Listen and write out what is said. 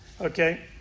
Okay